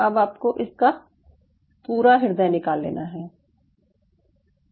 अब आपको इसका पूरा हृदय निकाल लेना है